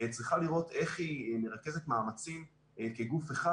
צריכה לראות איך היא מרכזת מאמצים כגוף אחד